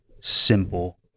simple